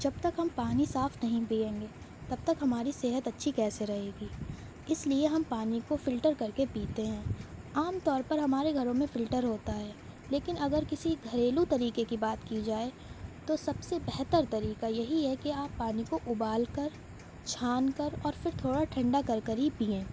جب تک ہم پانی صاف نہیں پئیں گے تب تک ہماری صحت اچھی کیسے رہے گی اس لیے ہم پانی کو فلٹر کر کے پیتے ہیں عام طور پر ہمارے گھروں میں فلٹر ہوتا ہے لیکن اگر کسی گھریلو طریقے کی بات کی جائے تو سب سے بہتر طریقہ یہی ہے کہ آپ پانی کو ابال کر چھان کر اور پھر تھوڑا ٹھنڈا کر کر ہی پئیں